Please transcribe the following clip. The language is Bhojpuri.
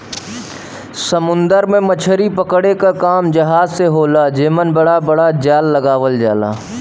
समुंदर में मछरी पकड़े क काम जहाज से होला जेमन बड़ा बड़ा जाल लगावल जाला